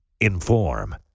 inform